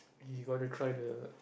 we got to try the